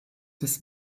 des